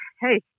hey